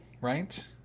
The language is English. right